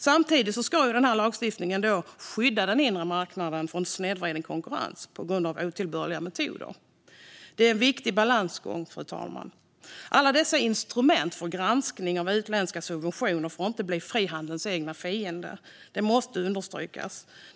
Samtidigt ska denna lagstiftning skydda den inre marknaden från snedvriden konkurrens på grund av otillbörliga metoder. Detta är en viktig balansgång, fru talman. Alla dessa instrument för granskning av utländska subventioner får inte bli frihandelns egna fiender; det måste understrykas.